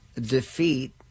defeat